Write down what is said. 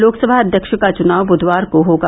लोकसभा अध्यक्ष का चुनाव बुधवार को होगा